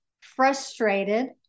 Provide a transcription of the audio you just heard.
frustrated